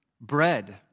bread